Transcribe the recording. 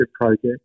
project